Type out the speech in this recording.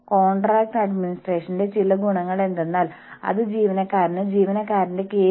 കൂടാതെ നിങ്ങളെ കേൾക്കാൻ അവർ എപ്പോഴും തയ്യാറാണ്